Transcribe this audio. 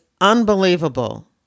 unbelievable